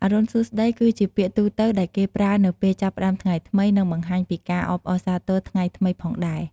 “អរុណសួស្តី” គឺជាពាក្យទូទៅ ដែលគេប្រើនៅពេលចាប់ផ្តើមថ្ងៃថ្មី និងបង្ហាញពីការអបអរសាទរថ្ងៃថ្មីផងដែរ ។